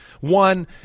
one